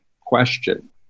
question